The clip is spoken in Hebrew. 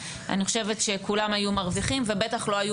אני חושבת שכולם היו מרוויחים ובטח לא היו